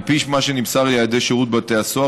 על פי מה שנמסר לי על ידי שירות בתי הסוהר,